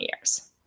years